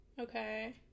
Okay